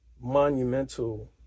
monumental